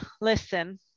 listen